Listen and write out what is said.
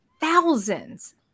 thousands